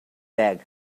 bag